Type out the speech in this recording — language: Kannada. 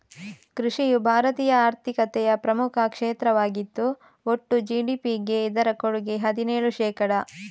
ಕೃಷಿಯು ಭಾರತೀಯ ಆರ್ಥಿಕತೆಯ ಪ್ರಮುಖ ಕ್ಷೇತ್ರವಾಗಿದ್ದು ಒಟ್ಟು ಜಿ.ಡಿ.ಪಿಗೆ ಇದರ ಕೊಡುಗೆ ಹದಿನೇಳು ಶೇಕಡಾ